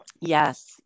Yes